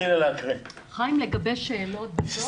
מה לגבי שאלות?